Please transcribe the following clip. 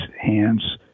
hands